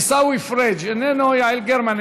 עיסאווי פריג' איננו, יעל גרמן,